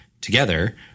together